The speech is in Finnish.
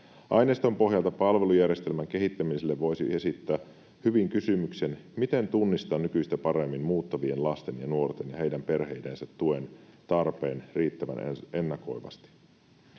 Aineiston pohjalta palvelujärjestelmän kehittämiselle voikin esittää hyvin kysymyksen, miten tunnistaa nykyistä paremmin muuttavien lasten ja nuorten ja heidän perheidensä tuen tarpeet riittävän ennakoivasti.”